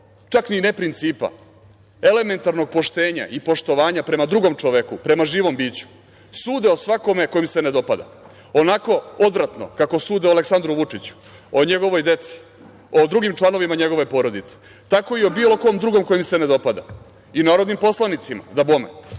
čak ni ne principa, elementarnog poštenja i poštovanja prema drugom čoveku, prema živom biću, sude o svakome ko im se ne dopada, onako odvratno kako sude o Aleksandru Vučiću, o njegovoj deci, o drugim članovima njegove porodice, tako i o bilo kom drugom ko im se ne dopada, i narodnim poslanicima, dabome. Primera